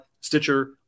Stitcher